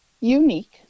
unique